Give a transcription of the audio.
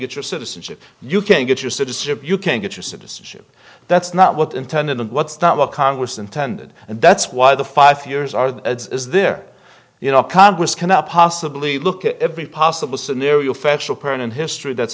get your citizenship you can't get your citizenship you can't get your citizenship that's not what intended and what's not what congress intended and that's why the five years are is there you know congress cannot possibly look at every possible scenario factual person in history that's